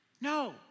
No